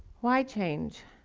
why change?